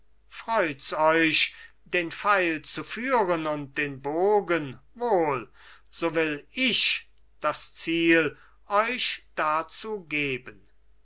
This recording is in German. freut's euch den pfeil zu führen und den bogen wohl so will ich das ziel euch dazu geben